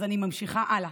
אז אני ממשיכה הלאה.